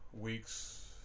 weeks